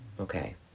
Okay